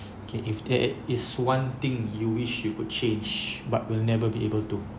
okay if there is one thing you wish you could change but will never be able to